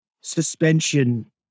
suspension